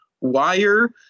Wire